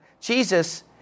Jesus